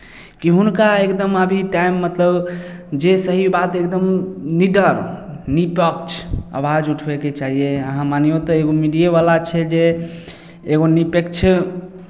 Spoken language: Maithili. कि हुनका एकदम अभी टाइम मतलब जे सही बात एकदम निडर निपक्ष आवाज उठबयके चाहियै अहाँ मानियौ तऽ एगो मीडियेवला छै जे एगो निपक्ष